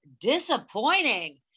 disappointing